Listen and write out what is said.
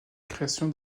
création